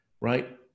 right